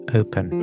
open